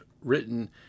written